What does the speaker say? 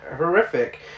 horrific